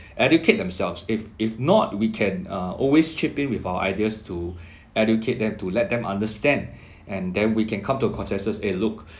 educate themselves if if not we can uh always chip in with our ideas to educate them to let them understand and then we can come to a consensus eh look